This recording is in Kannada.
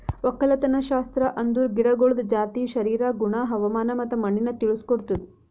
ಒಕ್ಕಲತನಶಾಸ್ತ್ರ ಅಂದುರ್ ಗಿಡಗೊಳ್ದ ಜಾತಿ, ಶರೀರ, ಗುಣ, ಹವಾಮಾನ ಮತ್ತ ಮಣ್ಣಿನ ತಿಳುಸ್ ಕೊಡ್ತುದ್